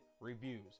reviews